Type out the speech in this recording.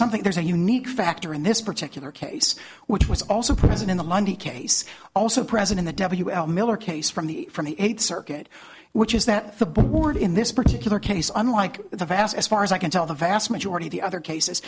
something there's a unique factor in this particular case which was also present in the monday case also present in the miller case from the from the eighth circuit which is that the board in this particular case unlike the past as far as i can tell the vast majority of the other cases